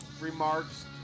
remarks